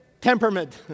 temperament